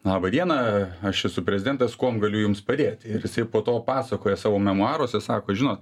laba diena aš esu prezidentas kuom galiu jums padėti ir jisai po to pasakoja savo memuaruose sako žinot